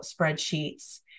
spreadsheets